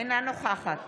אינה נוכחת